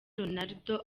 ronaldo